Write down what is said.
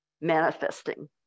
manifesting